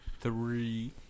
Three